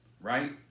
Right